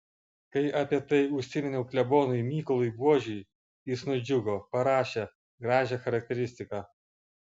kai apie tai užsiminiau klebonui mykolui buožiui jis nudžiugo parašė gražią charakteristiką